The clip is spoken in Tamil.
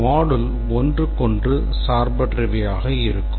module ஒன்றுக்கொன்று சார்பற்றவை ஆக இருக்கும்